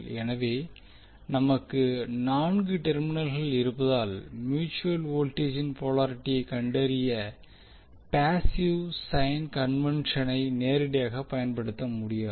ஆகவே நமக்கு நான்கு டெர்மினல்கள் இருப்பதால் மியூட்சுவல் வோல்டேஜின் போலாரிட்டியை கண்டறிய பாசிவ் சைன் கன்வென்சனை நேரடியாகப் பயன்படுத்த முடியாது